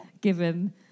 given